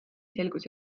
selgus